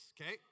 Okay